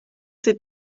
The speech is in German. sie